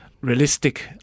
realistic